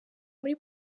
muri